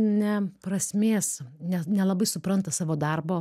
ne prasmės ne nelabai supranta savo darbo